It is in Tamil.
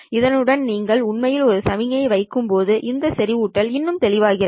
இதனுடன் நீங்கள் உண்மையில் ஒரு சமிக்ஞையை வைக்கும் போது இந்த செறிவூட்டல் இன்னும் தெளிவாகிறது